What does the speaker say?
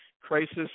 crisis